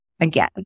again